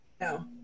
No